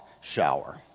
shower